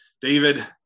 David